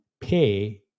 pay